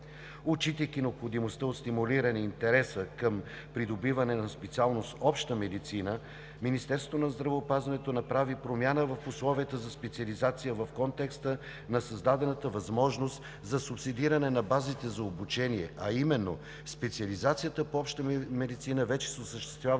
Отчитайки необходимостта от стимулиране на интереса към придобиване на специалност „Обща медицина“, Министерството на здравеопазването направи промяна в условията за специализация в контекста на създадената възможност за субсидиране на базите за обучение, а именно – специализацията по Обща медицина вече се осъществява